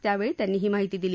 त्यावेळी त्यांनी ही माहिती दिली